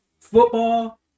football